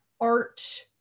art